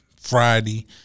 Friday